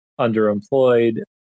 underemployed